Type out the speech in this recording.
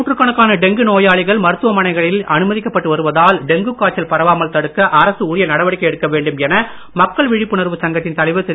நூற்றுக்கணக்கான டெங்கு புதுவையில் நோயாளிகள் மருத்துவமனைகளில் அனுமதிக்கப்பட்டு வருவதால் டெங்கு காய்ச்சல் பரவாமல் தடுக்க அரசு உரிய நடவடிக்கை எடுக்க வேண்டும் என மக்கள் விழிப்புணர்வு சங்கத்தின் தலைவர் திரு